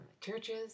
churches